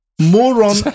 Moron